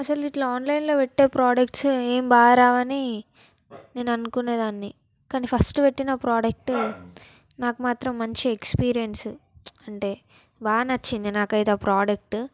అసలు ఇట్ల ఆన్లైన్లో పెట్టే ప్రొడక్ట్స్ ఏం బాగరావని నేను అనుకునేదాన్ని కాని ఫస్ట్ పెట్టిన ప్రోడక్ట్ నాకు మాత్రం మంచి ఎక్స్పీరియన్స్ అంటే బాగా నచ్చింది నాకు అయితే ఆ ప్రోడక్టు